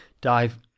Dive